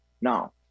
now